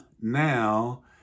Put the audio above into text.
now